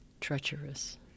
treacherous